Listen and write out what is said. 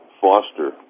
Foster